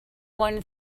won